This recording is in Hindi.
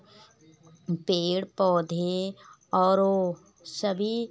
पेड़ पौधे और वह सभी